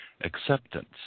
Acceptance